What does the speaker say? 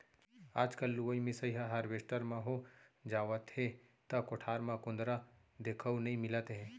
आजकल लुवई मिसाई ह हारवेस्टर म हो जावथे त कोठार म कुंदरा देखउ नइ मिलत हे